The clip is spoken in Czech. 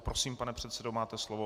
Prosím, pane předsedo, máte slovo.